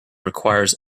requires